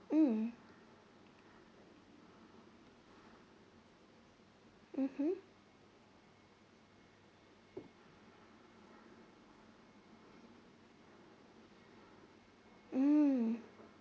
mm mmhmm mm